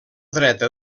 dreta